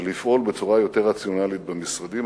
ולפעול בצורה יותר רציונלית במשרדים.